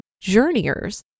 journeyers